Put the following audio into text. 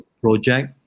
project